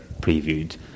previewed